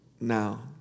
now